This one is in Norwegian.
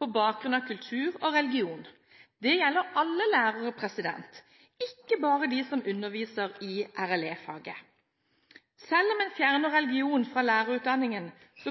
på bakgrunn av kultur og religion. Det gjelder alle lærere, ikke bare dem som underviser i RLE-faget. Selv om en fjerner religion fra lærerutdanningen,